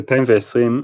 ב-2020,